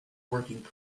working